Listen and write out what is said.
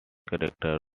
character